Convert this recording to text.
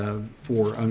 um for, um